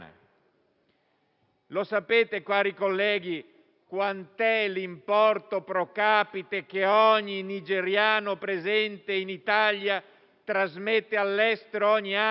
Lo sapete, cari colleghi, qual è l'importo *pro capite* che ogni nigeriano presente in Italia trasmette all'estero ogni anno?